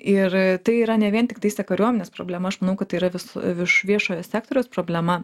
ir tai yra ne vien tiktais e kariuomenės problema aš manau kad tai yra vis vieš viešojo sektoriaus problema